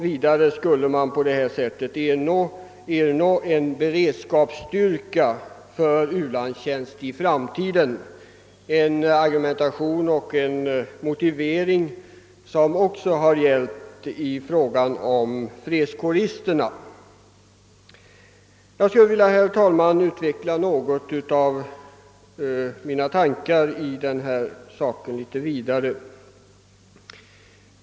Vidare skulle man på detta sätt ernå en beredskapsstyrka för ulandstjänst i framtiden, en argumentation och motivering som också gäller i fråga om fredskåristerna. Jag skulle, herr talman, vilja utveckla mina tankegångar i den här saken litet längre.